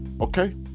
okay